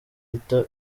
yita